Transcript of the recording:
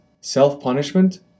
Self-punishment